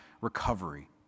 recovery